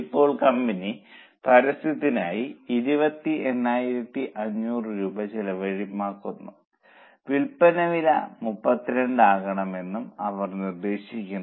ഇപ്പോൾ കമ്പനി പരസ്യത്തിനായി 28500 ചിലവഴിക്കണമെന്നും വിൽപ്പന വില 32 ആക്കണമെന്നും അവർ നിർദ്ദേശിക്കുന്നു